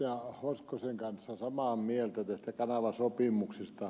hoskosen kanssa samaa mieltä tästä kanavasopimuksesta